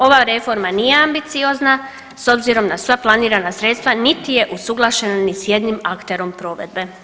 Ova reforma nije ambiciozna s obzirom na sva planirana sredstva, niti je usuglašena ni s jednim akterom provedbe.